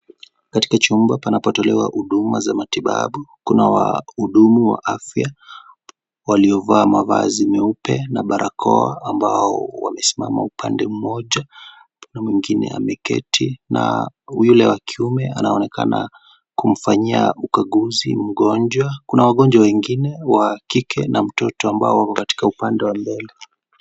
"Katika chumba panapotolewa huduma za matibabu, kuna wahudumu wa afya waliovaa mavazi nyeupe na barakoa. Baadhi yao wamesimama upande mmoja, na mwingine ameketi. Yule wa kiume anaonekana kumfanyia ukaguzi mgonjwa. Kuna wagonjwa wengine wa kike na mtoto ambao wako upande wa mbele."